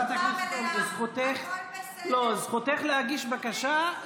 חברת הכנסת אורלי, זכותך, לא, זכותך להגיש בקשה.